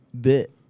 bit